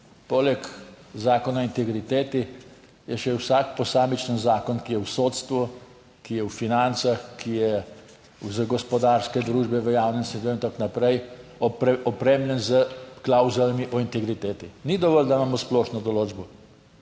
poleg Zakona o integriteti je še vsak posamičen zakon, ki je v sodstvu, ki je v financah, ki je za gospodarske družbe, v javnem sektorju in tako naprej. opremljen s klavzulami o integriteti. Ni dovolj, da imamo splošno določbo,